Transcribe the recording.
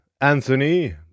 Anthony